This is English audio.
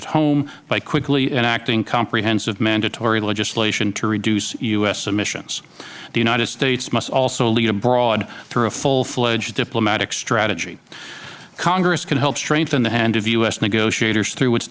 at home by quickly enacting comprehensive mandatory legislation to reduce u s emissions the united states must also lead abroad through a full fledged diplomatic strategy congress can help strengthen the hand of u s negotiators through